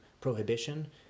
prohibition